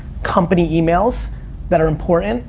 company emails that are important,